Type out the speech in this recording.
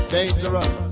Dangerous